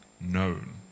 known